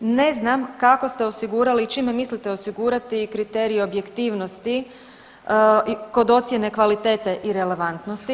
Ne znam kako ste osigurali, čime mislite osigurati kriterije objektivnosti kod ocjene kvalitete i relevantnosti.